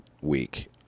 week